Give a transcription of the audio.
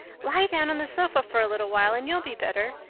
lie down on the sofa for a little while and you'll be better.